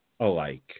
alike